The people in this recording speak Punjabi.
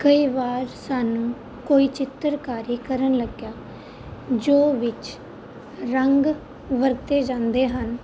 ਕਈ ਵਾਰ ਸਾਨੂੰ ਕੋਈ ਚਿੱਤਰਕਾਰੀ ਕਰਨ ਲੱਗਿਆਂ ਜੋ ਵਿੱਚ ਰੰਗ ਵਰਤੇ ਜਾਂਦੇ ਹਨ